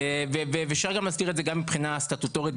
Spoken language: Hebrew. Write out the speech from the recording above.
זה ואפשר גם להסדיר את זה מבחינה סטטוטורית.